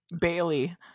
Bailey